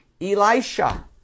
Elisha